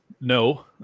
no